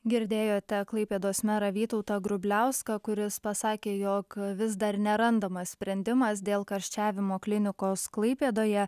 girdėjote klaipėdos merą vytautą grubliauską kuris pasakė jog vis dar nerandamas sprendimas dėl karščiavimo klinikos klaipėdoje